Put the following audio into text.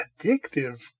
addictive